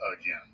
again